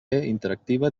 interactiva